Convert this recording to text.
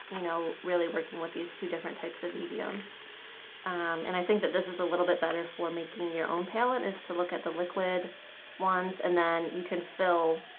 you know, really working with these two different types of mediums and i think that this is a little bit better for making your own palette is to look at the liquid ones and then you can fill